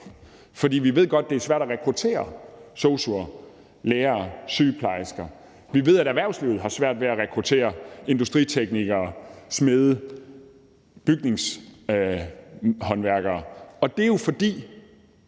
For vi ved godt, at det er svært at rekruttere sosu'er, lærere og sygeplejersker, og vi ved, at erhvervslivet har svært ved at rekruttere industriteknikere, smede og bygningshåndværkere. Og det er jo, fordi